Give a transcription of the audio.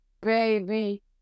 baby